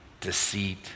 deceit